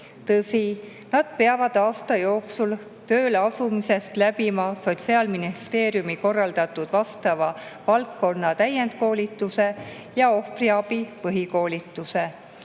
Tõsi, nad peavad aasta jooksul tööle asumisest läbima Sotsiaalministeeriumi korraldatud vastava valdkonna täiendkoolituse ja ohvriabi põhikoolituse,